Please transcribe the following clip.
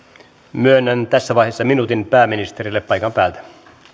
myönnän tässä vaiheessa minuutin pääministerille paikan päältä